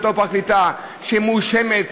של אותה פרקליטה שמואשמת